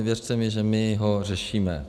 Věřte mi, že my ho řešíme.